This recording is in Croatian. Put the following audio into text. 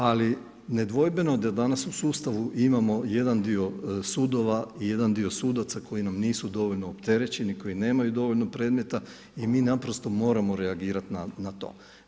Ali nedvojbeno da danas u sustavu imamo jedan dio sudova i jedan dio sudaca koji nam nisu dovoljno opterećeni, koji nemaju dovoljno predmeta i mi naprosto moramo reagirati na to.